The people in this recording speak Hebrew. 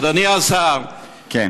אדוני השר, כן.